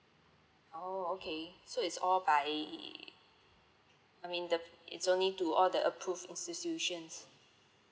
oh okay so it's all by I mean the it's only to all the approved institutions